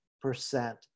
Percent